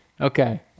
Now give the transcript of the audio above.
Okay